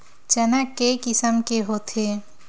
चना के किसम के होथे?